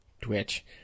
Twitch